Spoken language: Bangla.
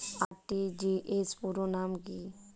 আর.টি.জি.এস পুরো নাম কি?